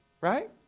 right